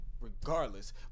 Regardless